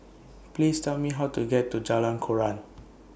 Please Tell Me How to get to Jalan Koran